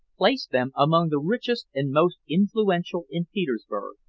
placed them among the richest and most influential in petersburg.